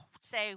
say